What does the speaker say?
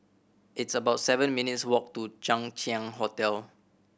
it's about seven minutes' walk to Chang Ziang Hotel